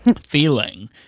feeling